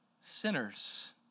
sinners